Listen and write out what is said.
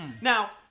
Now